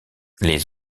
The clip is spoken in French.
les